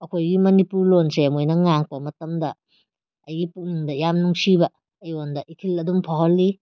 ꯑꯩꯈꯣꯏ ꯃꯅꯤꯄꯨꯔ ꯂꯣꯟꯁꯦ ꯃꯣꯏꯅ ꯉꯥꯡꯉꯛꯄ ꯃꯇꯝꯗ ꯑꯩꯒꯤ ꯄꯨꯛꯅꯤꯡꯗ ꯌꯥꯝꯅ ꯅꯨꯡꯁꯤꯕ ꯑꯩꯉꯣꯟꯗ ꯏꯊꯤꯜ ꯑꯗꯨꯝ ꯐꯥꯎꯍꯜꯂꯤ